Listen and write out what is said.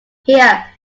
here